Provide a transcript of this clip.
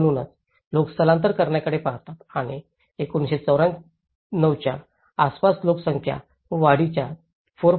म्हणूनच लोक स्थलांतर करण्याकडे पाहतात आणि 1994 च्या आसपास लोकसंख्या वाढीच्या 4